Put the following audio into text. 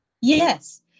Yes